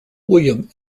william